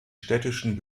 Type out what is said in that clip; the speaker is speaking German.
städtischen